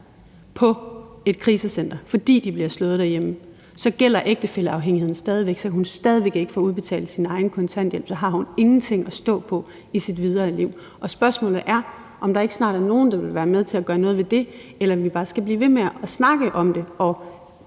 på et krisecenter, fordi hun bliver slået derhjemme, så gælder ægtefælleafhængigheden stadig væk. Så kan hun stadig væk ikke få udbetalt sin egen kontanthjælp, og så har hun ingenting at stå på i sit videre liv. Spørgsmålet er, om der ikke snart er nogen, der vil være med til at gøre noget ved det, eller om vi bare skal blive ved med at snakke om det og